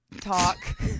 talk